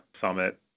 summit